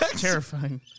Terrifying